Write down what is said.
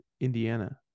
Indiana